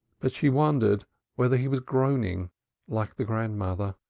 but she wondered whether he was groaning like the grandmother.